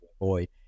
avoid